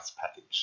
package